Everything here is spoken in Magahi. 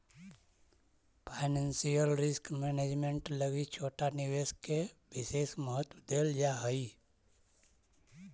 फाइनेंशियल रिस्क मैनेजमेंट लगी छोटा निवेश के विशेष महत्व देल जा हई